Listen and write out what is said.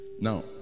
Now